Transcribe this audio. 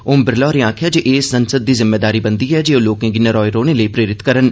ओम बिरला होरें आक्खेया जे ए सांसद दी जिम्मेदारी बनदी ऐ जे ओ लोकें गी नरोए रौहने लेई प्रेरित करन